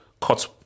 cut